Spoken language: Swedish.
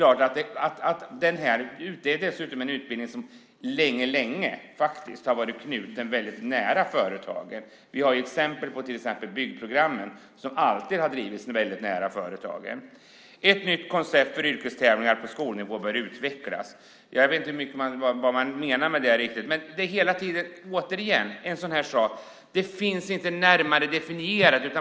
Detta är dessutom en utbildning som väldigt länge har varit väldigt nära företagen. Jag tänker på till exempel byggprogrammen som alltid har bedrivits nära företagen. Koncept för yrkestävlingar på skolnivå bör utvecklas. Jag vet inte riktigt vad man menar med det. Det är återigen en sådan sak som inte finns närmare definierat.